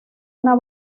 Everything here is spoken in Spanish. una